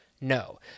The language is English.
No